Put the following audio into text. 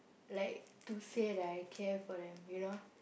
like to say that I care for them you know